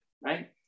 right